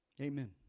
Amen